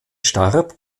starb